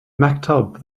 maktub